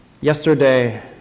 Yesterday